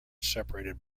separated